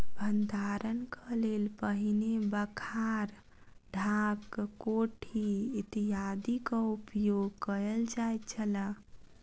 भंडारणक लेल पहिने बखार, ढाक, कोठी इत्यादिक उपयोग कयल जाइत छल